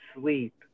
sleep